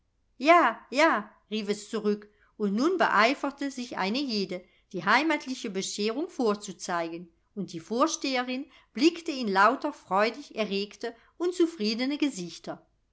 ja ja rief es zurück und nun beeiferte sich eine jede die heimatliche bescherung vorzuzeigen und die vorsteherin blickte in lauter freudig erregte und zufriedene gesichter